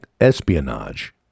Espionage